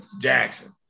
Jackson